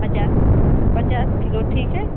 पचास पचास किलो ठीक है